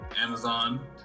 amazon